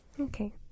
Okay